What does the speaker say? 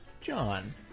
John